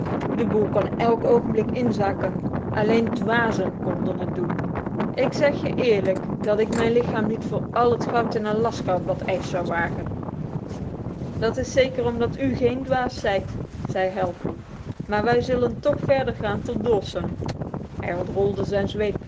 de boel kan elk ogenblik inzakken alleen dwazen konden het doen ik zeg je eerlijk dat ik mijn lichaam niet voor al het goud in alaska op dat ijs zou wagen dat is zeker omdat u geen dwaas is zei hal maar wij zullen toch verder gaan tot dawson hij ontrolde zijn zweep